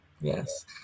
yes